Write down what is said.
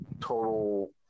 total